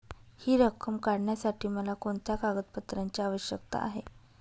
हि रक्कम काढण्यासाठी मला कोणत्या कागदपत्रांची आवश्यकता आहे?